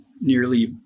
nearly